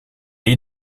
est